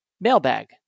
mailbag